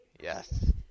Yes